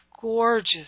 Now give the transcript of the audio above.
gorgeous